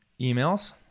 emails